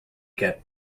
get